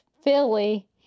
Philly